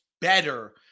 better